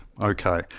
Okay